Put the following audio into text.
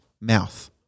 mouth